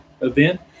event